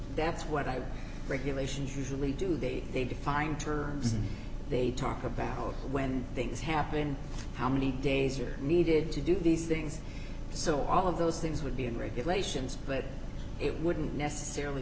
that's what i regulate sions usually do they they define terms they talk about when things happen how many days are needed to do these things so all of those things would be in regulations but it wouldn't necessarily